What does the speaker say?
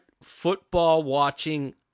football-watching